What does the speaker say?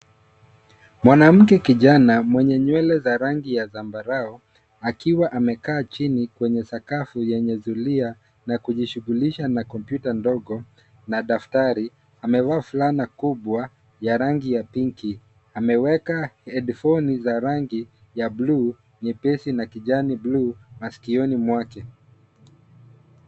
Mwanamke kijana mwenye nywele za rangi ya zambarau akiwa amekaa chini kwenye sakafu yenye zulia na kujishughulisha na kompyuta ndogo na daftari amevaa fulana kubwa ya rangi ya pinki. Ameweka hedifoni za rangi ya bluu nyepesi na kijani bluu masikioni mwake.